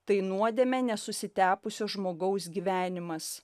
tai nuodėme nesusitepusio žmogaus gyvenimas